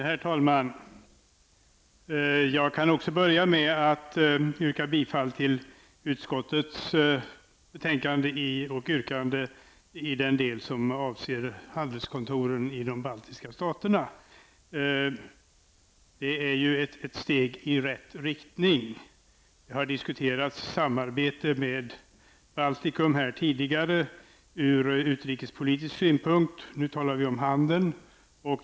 Herr talman! Jag kan börja med att yrka bifall till utskottets hemställan i den del som handlar om inrättande av handelskontor i de baltiska staterna. Det är ett steg i rätt riktning. Samarbete med Baltikum har diskuterats tidigare här i kväll ur utrikespolitisk synvinkel. Nu talar vi om handeln.